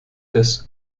des